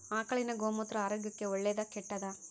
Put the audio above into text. ಆಕಳಿನ ಗೋಮೂತ್ರ ಆರೋಗ್ಯಕ್ಕ ಒಳ್ಳೆದಾ ಕೆಟ್ಟದಾ?